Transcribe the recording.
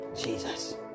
Jesus